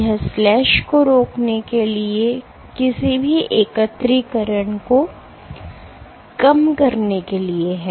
यह स्लैश को रोकने के लिए किसी भी एकत्रीकरण को कम करने के लिए है